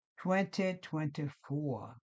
2024